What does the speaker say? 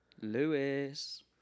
Lewis